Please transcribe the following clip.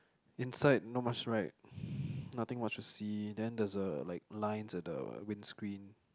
inside no much right nothing much to see then there is a like lines in the windscreen